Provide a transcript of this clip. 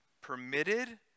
permitted